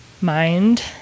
mind